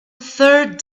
third